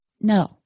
No